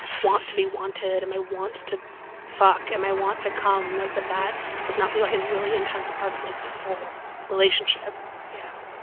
want to be wanted and my want to f and my want to come, like, that that was not, so like, and a really intense part of, like, this whole relationship yeah.